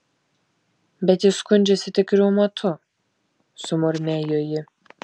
bet jis skundžiasi tik reumatu sumurmėjo ji